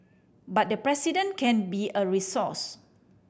but the President can be a resource